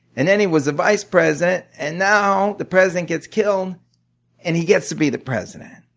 and then he was the vice president, and now the president gets killed and he gets to be the president.